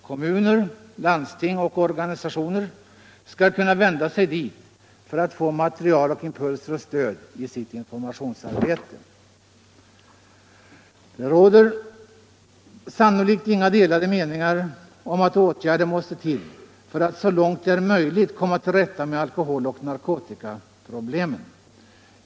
Kommuner, landsting och organisationer skall kunna vända sig dit för att få material och impulser och stöd i sitt informationsarbete. Det råder sannolikt inga delade meningar om att åtgärder måste till för att så långt möjligt komma till rätta med alkoholoch narkotikaproblemen.